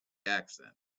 accent